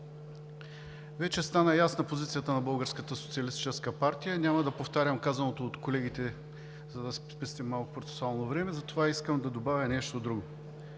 Българската социалистическа партия. Няма да повтарям казаното от колегите, за да спестим малко процесуално време, затова искам да добавя нещо друго